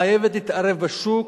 חייבת להתערב בשוק